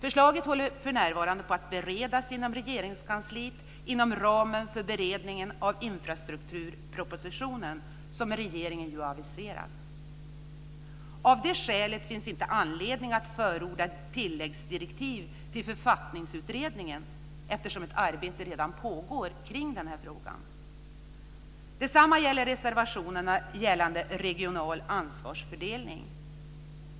Förslaget bereds för närvarande i Regeringskansliet inom ramen för beredningen av infrastrukturpropositionen, som regeringen ju har aviserat. Av det skälet finns det inte anledning att förorda ett tilläggsdirektiv till författningsutredningen, eftersom ett arbete redan pågår kring den frågan. Detsamma gäller reservationen om regional ansvarsfördelning.